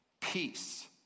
Peace